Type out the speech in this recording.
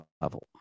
level